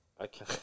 okay